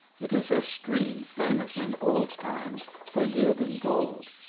it is a stream famous in old times for yielding gold,